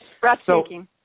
breathtaking